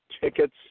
tickets